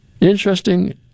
interesting